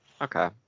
Okay